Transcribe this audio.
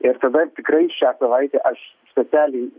ir tada tikrai šią savaitę aš specialiai